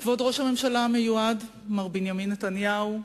כבוד ראש הממשלה המיועד מר בנימין נתניהו,